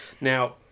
Now